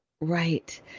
right